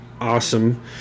awesome